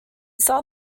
saw